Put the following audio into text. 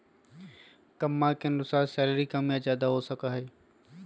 कम्मा के अनुसार सैलरी कम या ज्यादा हो सका हई